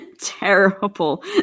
terrible